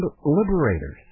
liberators